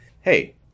Hey